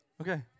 Okay